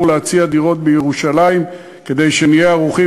להציע דירות בירושלים כדי שנהיה ערוכים.